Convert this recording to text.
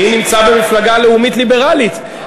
אני נמצא במפלגה לאומית-ליברלית.